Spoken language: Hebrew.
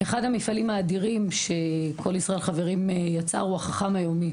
אחד המפעלים האדירים ש"כל ישראל חברים" יצר הוא 'החכם היומי',